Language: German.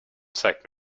zeig